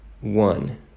one